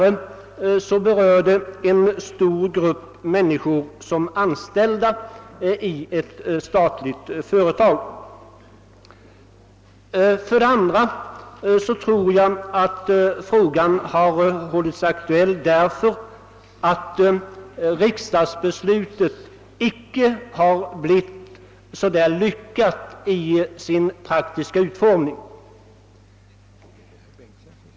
En stor grupp berörs även som anställda i ett statligt företag. För det andra beror det, tror jag, på att riksdagsbeslutet i sin praktiska utformning inte blev så där alldeles lyckat.